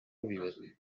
mówiły